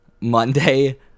Monday